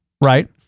right